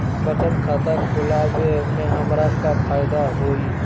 बचत खाता खुला वे में हमरा का फायदा हुई?